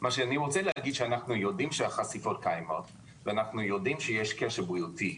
אנחנו יודעים שהחשיפות קיימות ואנחנו יודעים שיש קשר בריאותי.